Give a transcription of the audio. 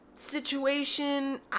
situation